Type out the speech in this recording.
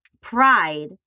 pride